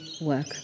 work